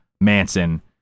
Manson